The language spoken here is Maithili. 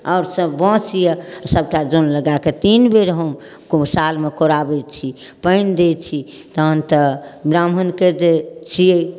आओर सब बाँस अइ सबटा जन लगाकऽ तीन बेर हम सालमे कोड़ाबै छी पानि दै छी तहन तऽ ब्राह्मणके जे छिए